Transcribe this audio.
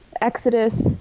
Exodus